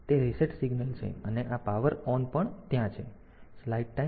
તેથી તે reset signal છે અને આ પાવર ઓન પણ ત્યાં છે